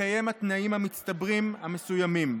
בהתקיים התנאים המצטברים המסוימים.